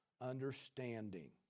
understanding